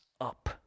up